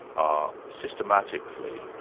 are systematically,